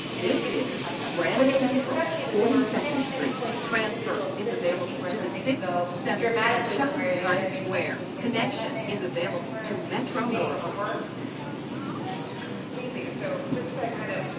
i mean you should talk about this. but it struck me that there were many, many points of individual decision-making where something could go dramatically one way or the other based on who was looking at it that day and how tired they were and, like, how overworked. and to completely, so just so to kind of,